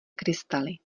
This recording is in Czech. krystaly